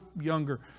younger